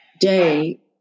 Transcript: day